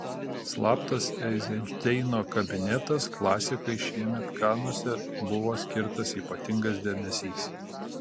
slaptas eizenšteino kabinetas klasikai šiemet kanuose buvo skirtas ypatingas dėmesys